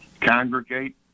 congregate